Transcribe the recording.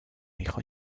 hijo